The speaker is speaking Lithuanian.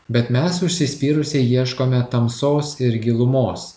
bet mes užsispyrusiai ieškome tamsos ir gilumos